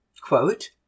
quote